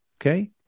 okay